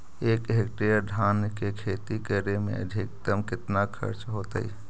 एक हेक्टेयर धान के खेती करे में अधिकतम केतना खर्चा होतइ?